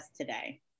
today